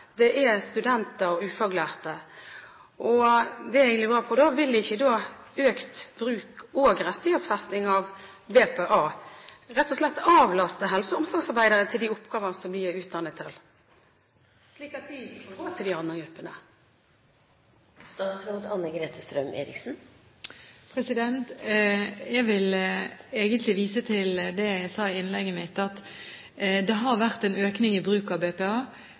det er studenter og ufaglærte. Det jeg lurer på, er: Vil ikke da økt bruk og rettighetsfesting av BPA rett og slett avlaste helse- og omsorgsarbeidere til de oppgavene som de er utdannet til, slik at de kan gå til de andre gruppene? Jeg vil egentlig vise til det jeg sa i innlegget mitt, at det har vært en økning i bruk av BPA.